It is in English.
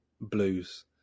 blues